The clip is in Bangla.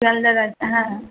শিয়ালদার কাছে হ্যাঁ